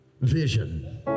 vision